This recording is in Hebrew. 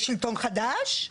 אבל יש שלטון חדש,